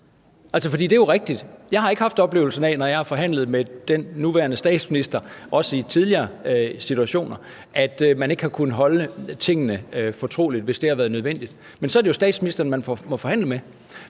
det er jo rigtigt, at jeg ikke, når jeg har forhandlet med den nuværende statsminister, også i tidligere situationer, har haft oplevelsen af, at man ikke har kunnet holde tingene fortroligt, hvis det har været nødvendigt. Men så er det statsministeren, man må forhandle med.